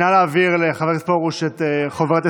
נא להעביר לחבר הכנסת פרוש את חוברת ההסתייגויות,